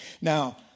Now